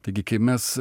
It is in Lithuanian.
taigi kai mes